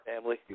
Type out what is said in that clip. family